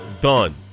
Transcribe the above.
done